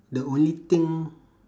the only thing